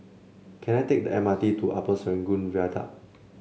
can I take the M R T to Upper Serangoon Viaduct